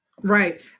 Right